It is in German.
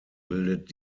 bildet